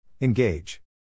Engage